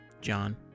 john